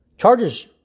Charges